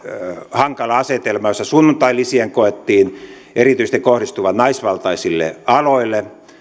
hankalaan asetelmaan jossa sunnuntailisien koettiin erityisesti kohdistuvan naisvaltaisille aloille minä uskon että